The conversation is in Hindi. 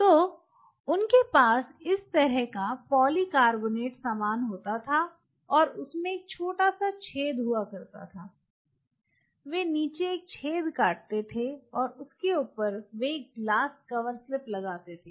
तो उनके पास इस तरह का पॉलीकार्बोनेट सामान होता था और उसमे एक छोटा सा छेद हुआ करता था वे नीचे एक छेद काटते थे और उसके ऊपर वे एक ग्लास कवरस्लिप लगाते थे